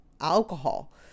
alcohol